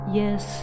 yes